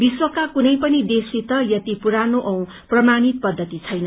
विश्क्का कुनै पनि देशसित यति पुरानो औ प्रमाणित छैन